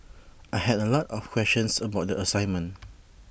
I had A lot of questions about the assignment